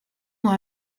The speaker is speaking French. moi